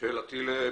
שאלה לפרופ'